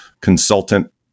consultant